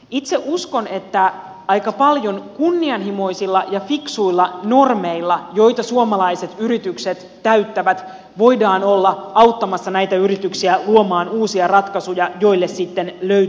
itse uskon että aika paljon kunnianhimoisilla ja fiksuilla normeilla joita suomalaiset yritykset täyttävät voidaan olla auttamassa näitä yrityksiä luomaan uusia ratkaisuja joille sitten löytyy vientimarkkina